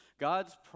God's